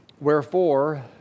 wherefore